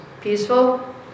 peaceful